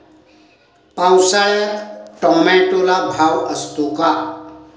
पावसाळ्यात टोमॅटोला भाव असतो का?